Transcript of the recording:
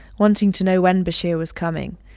wanting to know when bashir was coming,